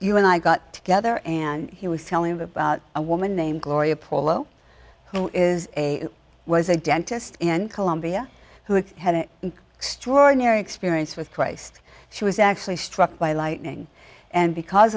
you and i got together and he was telling me about a woman named gloria paulo who is a was a dentist in colombia who had an extraordinary experience with christ she was actually struck by lightning and because